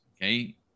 Okay